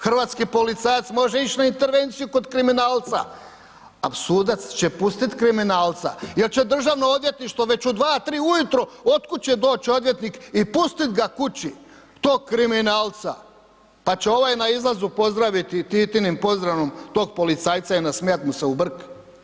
Hrvatski policajac može ić na intervenciju kod kriminalca a sudac će pustiti kriminalca jer će Državno odvjetništvo već u 2, 3 ujutro od kuće doć odvjetnik i pustit ga kući, tog kriminalca pa će ovaj na izlazu pozdraviti Titinim pozdravom tog policajca i nasmijat mu se u brk.